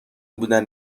بودن